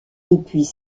depuis